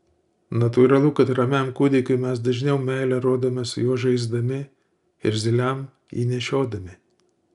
natūralu kad ramiam kūdikiui mes dažniau meilę rodome su juo žaisdami irzliam jį nešiodami